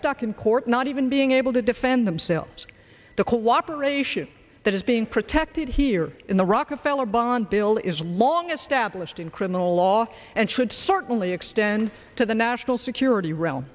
stuck in court not even being able to defend themselves the cooperation that is being protected here in the rockefeller bond bill is long established in criminal law and should certainly extend to the national security r